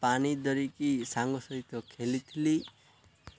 ପାନି ଧରିକି ସାଙ୍ଗ ସହିତ ଖେଲିଥିଲି